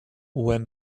when